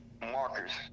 markers